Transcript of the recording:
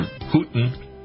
Putin